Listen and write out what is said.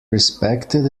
respected